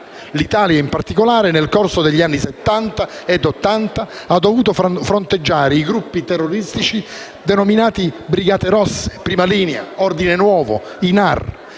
L'Italia, in particolare nel corso degli anni Settanta e Ottanta, ha dovuto fronteggiare i gruppi terroristici denominate Brigate rosse, Prima linea, Ordine nuovo e